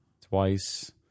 twice